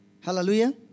Hallelujah